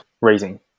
raising